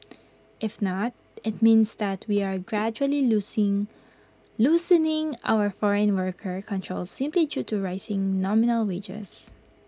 if not IT means that we are gradually losing loosening our foreign worker controls simply due to rising nominal wages